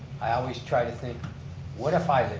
i always try to think what if i